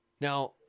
Now